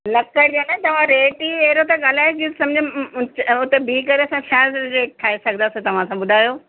लकड़ जा न तव्हां रेट ई अहिड़ो था ॻाल्हायो जीअं सम्झ हुते ॿीहु करे असां छा रेट ठाहे सघंदासीं तव्हां सां ॿुधायो